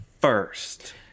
first